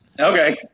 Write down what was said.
Okay